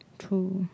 true